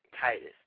Titus